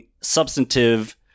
substantive